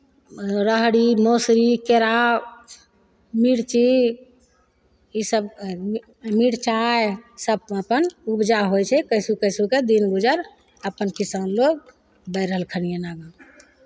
राहरि मसुरी केराउ मिर्ची ईसभ मिरचाइ सभ अपन उपजा होइ छै कैसहू कैसहू कए कऽ दिन गुजर अपन किसान लोग दए रहलखिन हन आगाँ